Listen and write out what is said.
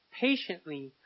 patiently